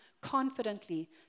confidently